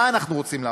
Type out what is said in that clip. מה אנחנו רוצים לעשות?